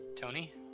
Tony